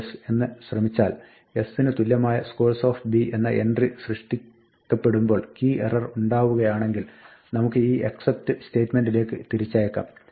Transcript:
append എന്ന് ശ്രമിച്ചാൽ s ന് തുല്യമായ scores എന്ന എൻട്രി സൃഷ്ടിക്കപ്പെടുമ്പോൾ കീ എറർ ഉണ്ടാവുകയാണെങ്കിൽ നമുക്ക് ഈ except സ്റ്റേറ്റ്മെന്റിലേക്ക് തിരിച്ചയക്കാം